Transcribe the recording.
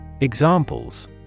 Examples